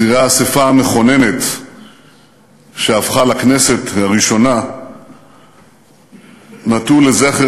צירי האספה המכוננת שהפכה לכנסת הראשונה נטעו עצים לזכר